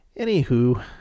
Anywho